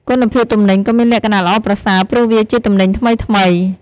គុណភាពទំនិញក៏មានលក្ខណៈល្អប្រសើរព្រោះវាជាទំនិញថ្មីៗ។